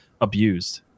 abused